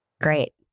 great